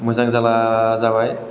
मोजां जाला जाबाय